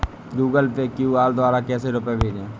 Google Pay QR द्वारा कैसे रूपए भेजें?